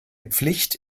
pflicht